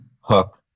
hook